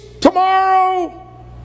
tomorrow